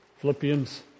Philippians